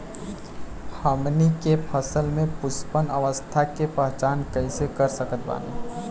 हमनी के फसल में पुष्पन अवस्था के पहचान कइसे कर सकत बानी?